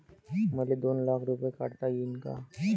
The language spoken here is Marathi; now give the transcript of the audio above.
मले दोन लाख रूपे काढता येईन काय?